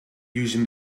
using